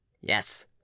yes